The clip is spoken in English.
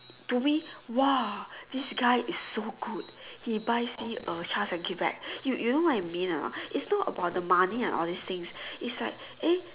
to me !wah! this guy is so good he buys me a Charles-and-Keith bag you you know what I mean or not it's not about the money and all these things it's like eh